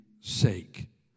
sake